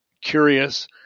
curious